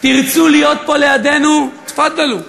זה לא שלכם, זה שלנו.